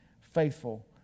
faithful